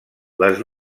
les